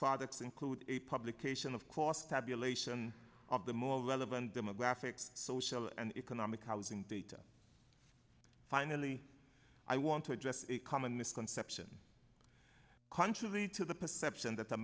products include a publication of course tabulation of the more relevant demographics social and economic housing data finally i want to address a common misconception contra the to the perception that the